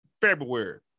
February